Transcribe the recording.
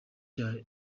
cyacu